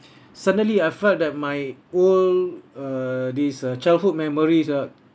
suddenly I felt that my old uh this uh childhood memories ah